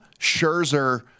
Scherzer